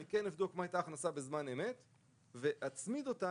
אני כן אבדוק מה הייתה ההכנסה בזמן אמת ואצמיד אותה,